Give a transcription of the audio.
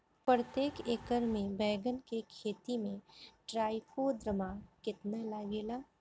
प्रतेक एकर मे बैगन के खेती मे ट्राईकोद्रमा कितना लागेला?